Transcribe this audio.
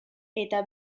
eta